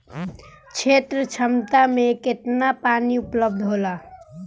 क्षेत्र क्षमता में केतना पानी उपलब्ध होला?